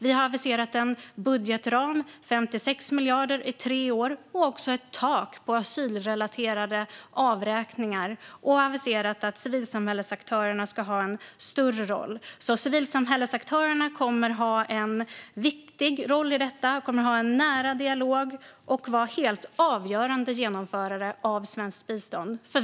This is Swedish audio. Vi har aviserat en budgetram på 56 miljarder i tre år och även ett tak för asylrelaterade avräkningar. Vi har också aviserat att civilsamhällesaktörerna ska ha en större roll. Civilsamhällesaktörerna kommer att ha en viktig roll i detta. Det kommer att föras en nära dialog, och de kommer att vara helt avgörande genomförare av svenskt bistånd.